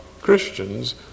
Christians